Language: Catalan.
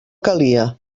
calia